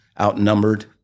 outnumbered